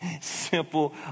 simple